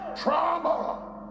trauma